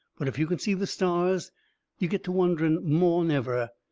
but if you can see the stars you get to wondering more'n ever.